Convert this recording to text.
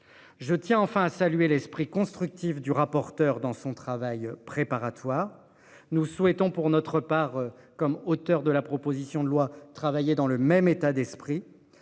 Je tiens enfin à saluer l'esprit constructif du rapporteur dans son travail préparatoire. Nous souhaitons pour notre part comme auteur de la proposition de loi travailler dans le même état d'esprit